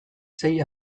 sei